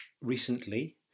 recently